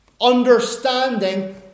understanding